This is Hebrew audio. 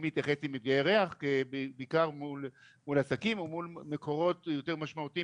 שמתייחס למפגעי ריח בעיקר מול עסקים או מקורות יותר משמעותיים